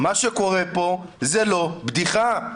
מה שקורה פה זה לא בדיחה.